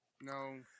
No